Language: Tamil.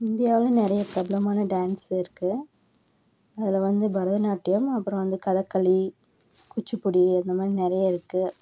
இந்தியாவில் நிறைய பிரபலமான டான்ஸ் இருக்குது அதில் வந்து பரதநாட்டியம் அப்புறம் வந்து கதக்களி குச்சிப்புடி இந்த மாதிரி நிறைய இருக்குது